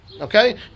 okay